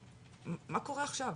מה קורה עכשיו?